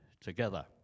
together